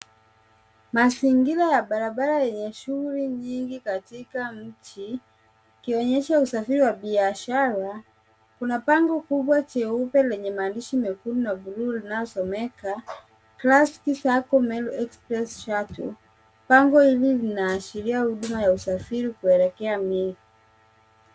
Mazingira ya barabara yenye shughuli nyingi katika mji, ikionyesha usafiri wa biashara. Kuna bango kubwa jeupe, lenye maandishi mekundu na buluu linalosomeka, Classic Sacco Meru Express Shuttle. Bango hili linaashiria huduma ya usafiri kuelekea Meru.